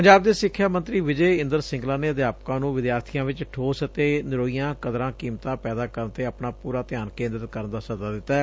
ਪੰਜਾਬ ਦੇ ਸਿੱਖਿਆ ਮੰਤਰੀ ਵਿਜੇ ਇੰਦਰ ਸਿੰਗਲਾ ਨੇ ਅਧਿਆਪਕਾਂ ਨੂੰ ਵਿਦਿਆਰਥੀਆਂ ਵਿੱਚ ਠੋਸ ਅਤੇ ਨਿਰੋਈਆਂ ਕਦਰਾ ਕੀਮਤਾਂ ਪੈਦਾ ਕਰਨ ਤੇ ਆਪਣਾ ਪੁਰਾ ਧਿਆਨ ਕੇਂਦਰਿਤ ਕਰਨ ਦਾ ਸੱਦਾ ਦਿੱਤੈ